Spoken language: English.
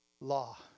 law